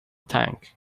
tank